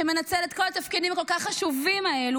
שמנצל את כל התפקידים החשובים כל